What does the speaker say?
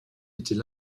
était